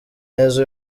neza